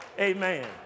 Amen